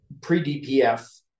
pre-DPF